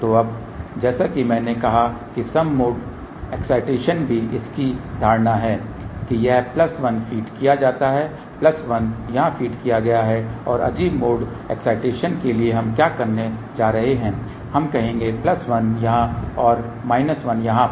तो अब जैसा कि मैंने कहा कि सम मोड एक्ससिटेशन भी इसकी धारणा है कि यह प्लस 1 फीड किया जाता है प्लस 1 यहाँ फीड किया गया है और अजीब मोड एक्ससिटेशन के लिए हम क्या करने जा रहे हैं हम कहेंगे प्लस 1 यहाँ और माइनस 1 यहाँ पर